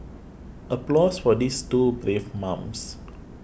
applause for these two brave mums